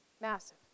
massive